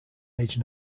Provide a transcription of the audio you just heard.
age